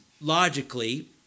logically